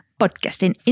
podcastin